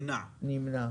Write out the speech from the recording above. נמנע.